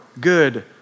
good